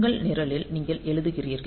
உங்கள் நிரலில் நீங்கள் எழுதுகிறீர்கள்